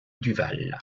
duval